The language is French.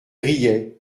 riait